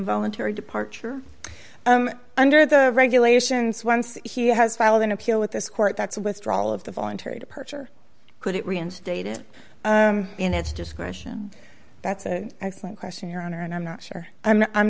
voluntary departure under the regulations once he has filed an appeal with this court that's withdrawal of the voluntary departure could it reinstated in its discretion that's an excellent question your honor and i'm not sure i'm not